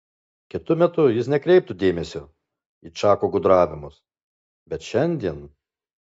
kitu metu jis nekreiptų dėmesio į čako gudravimus bet šiandien